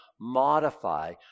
modify